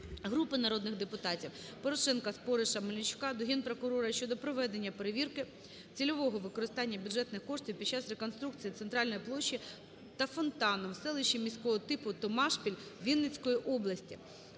групи народних депутатів (Порошенка, Спориша, Мельничука) до Генпрокурора щодо проведення перевірки цільового використання бюджетних коштівпід час реконструкції центральної площі та фонтану в селищі міського типуТомашпіль Вінницької області.